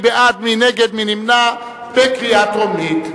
מי בעד, מי נגד, מי נמנע בקריאה טרומית?